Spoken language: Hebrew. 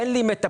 אין לי מטפלות.